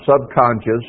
subconscious